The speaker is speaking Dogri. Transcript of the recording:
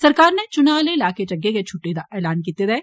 सरकार र्ने चुना आह्ले इलाकें च अग्गै गै छुट्टी दा ऐलान कीते दा ऐ